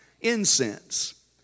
incense